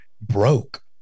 broke